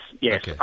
yes